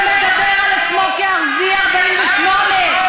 ומדבר על עצמו כערבי 48',